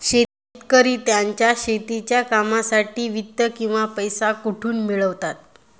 शेतकरी त्यांच्या शेतीच्या कामांसाठी वित्त किंवा पैसा कुठून मिळवतात?